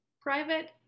private